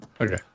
Okay